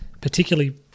particularly